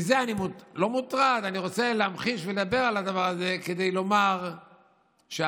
אני רוצה להמחיש ולדבר על הדבר הזה כדי לומר שאדם